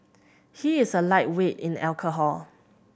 he is a lightweight in alcohol